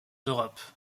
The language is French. d’europe